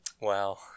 Wow